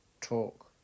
talk